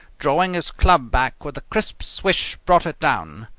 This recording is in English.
drawing his club back with a crisp swish, brought it down.